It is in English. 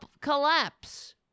collapse